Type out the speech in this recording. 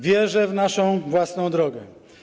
Wierzę w naszą własną drogę.